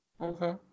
Okay